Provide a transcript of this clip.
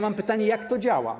Mam pytanie: Jak to działa?